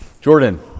Jordan